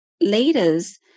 leaders